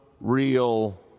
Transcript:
real